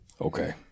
okay